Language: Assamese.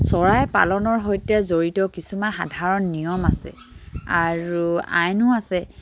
চৰাই পালনৰ সৈতে জড়িত কিছুমান সাধাৰণ নিয়ম আছে আৰু আইনো আছে